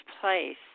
place